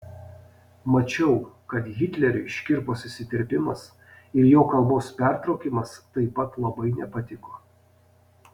mačiau kad hitleriui škirpos įsiterpimas ir jo kalbos pertraukimas taip pat labai nepatiko